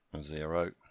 Zero